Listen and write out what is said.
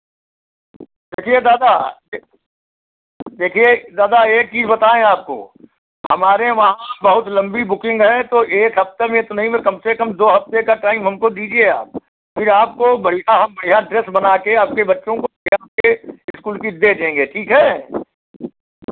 देखिए दादा देखिए दादा एक चीज़ बताएँ आपको हमारे वहाँ बहुत लंबी बुकिंग है तो एक हफ़्ते में तो नहीं मैं कम से कम दो हफ़्ते का टाइम हमको दीजिए आप फिर आपको बढ़ियाँ हम बढ़ियाँ ड्रेस बना के आपके बच्चों को इस्कूल की दे देंगे ठीक है